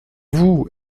vous